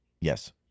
Yes